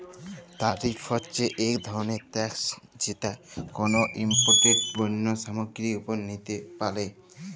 তারিফ হছে ইক ধরলের ট্যাকস যেট কল ইমপোর্টেড পল্য সামগ্গিরির উপর লিতে পারে